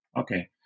okay